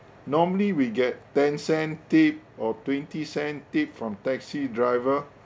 normally we get ten cent tip or twenty cent tip from taxi driver